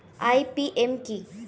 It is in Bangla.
আই.পি.এম কি?